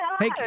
Hey